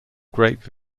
grape